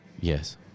Yes